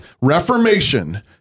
Reformation